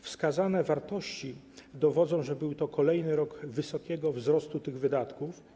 Wskazane wartości dowodzą, że był to kolejny rok wysokiego wzrostu tych wydatków.